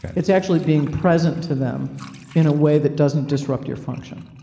it's actually being present to them in a way that doesn't disrupt your function.